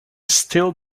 still